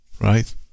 right